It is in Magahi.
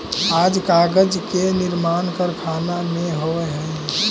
आज कागज के निर्माण कारखाना में होवऽ हई